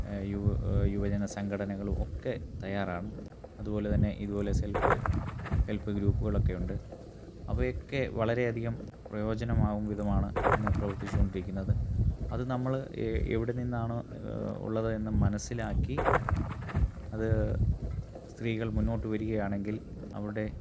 യുവജന സംഘടനകളും ഒക്കെ തയാറാണ് അതുപോലെതന്നെ ഇതുപോലെ സെൽഫ് ഹെൽപ്പ് ഗ്രൂപ്പുകളൊക്കെയുണ്ട് അവയൊക്കെ വളരെയധികം പ്രയോജനമാവുംവിധമാണ് ഇന്ന് പ്രവർത്തിച്ചുകൊണ്ടിരിക്കുന്നത് അത് നമ്മള് എവിടെനിന്നാണ് ഉള്ളത് എന്ന് മനസ്സിലാക്കി അത് സ്ത്രീകൾ മുന്നോട്ട് വരികയാണെങ്കിൽ അവിടെ